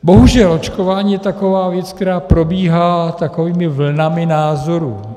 Bohužel očkování je taková věc, která probíhá takovými vlnami názorů.